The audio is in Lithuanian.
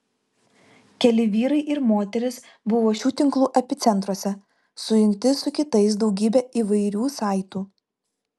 keli vyrai ir moterys buvo šių tinklų epicentruose sujungti su kitais daugybe įvairių saitų